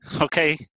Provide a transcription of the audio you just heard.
Okay